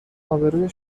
آبروی